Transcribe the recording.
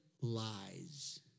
lies